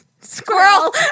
Squirrel